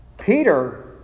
Peter